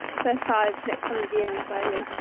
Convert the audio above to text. first time, next hundred years or so, and.